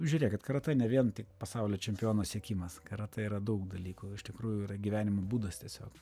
žiūrėkit karatė ne vien tik pasaulio čempiono sekimas karatė yra daug dalykų iš tikrųjų yra gyvenimo būdas tiesiog